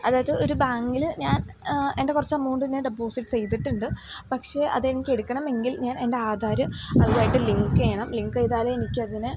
അതായത് ഒരു ബാങ്കിൽ ഞാൻ എൻ്റെ കുറച്ച് എമൗണ്ട് ഞാൻ ഡെപ്പോസിറ്റ് ചെയ്തിട്ടുണ്ട് പക്ഷേ അത് എനിക്ക് എടുക്കണമെങ്കിൽ ഞാൻ എൻ്റെ ആധാര് അതുമായിട്ട് ലിങ്ക് ചെയ്യണം ലിങ്ക് ചെയ്താലെ എനിക്ക് അതിന്